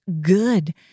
good